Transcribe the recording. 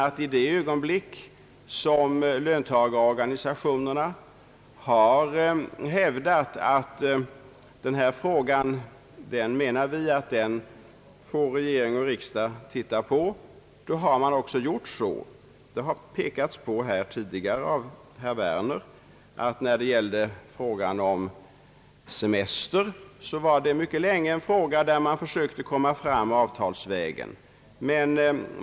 I det ögonblick som löntagarorganisationerna har hävdat att regering och riksdag bör kopplas in på en arbetsmarknadsfråga har så också skett. Herr Werner har redan påpekat att frågan om Ssemester mycket länge var en fråga som man försökte lösa avtalsvägen.